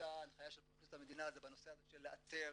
הופצה הנחיה של פרקליט המדינה זה בנושא של לאתר